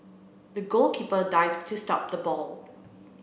the goalkeeper dived to stop the ball